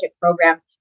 program